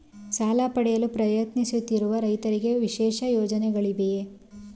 ಸಾಲ ಪಡೆಯಲು ಪ್ರಯತ್ನಿಸುತ್ತಿರುವ ರೈತರಿಗೆ ವಿಶೇಷ ಪ್ರಯೋಜನಗಳಿವೆಯೇ?